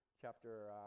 chapter